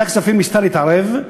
וועדת הכספים ניסתה להתערב.